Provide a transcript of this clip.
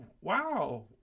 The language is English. wow